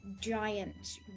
giant